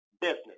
business